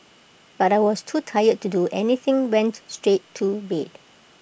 but I was too tired to do anything went straight to bed